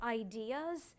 ideas